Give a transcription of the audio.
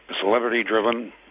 celebrity-driven